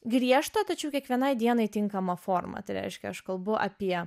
griežtą tačiau kiekvienai dienai tinkamą formą tai reiškia aš kalbu apie